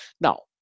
now